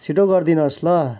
छिट्टो गरिदिनोस् ल